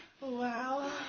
Wow